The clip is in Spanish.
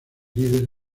líderes